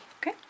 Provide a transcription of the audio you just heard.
okay